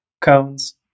cones